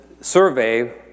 survey